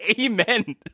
Amen